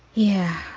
yeah.